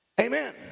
Amen